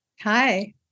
Hi